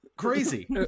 crazy